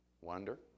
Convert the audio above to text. wonder